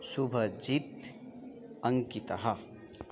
शुभजितः अङ्कितः